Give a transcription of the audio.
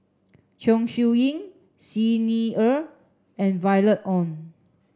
Chong Siew Ying Xi Ni Er and Violet Oon